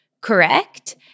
correct